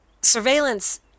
surveillance